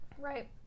Right